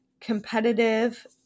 competitive